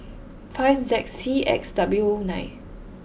five Z C X W nine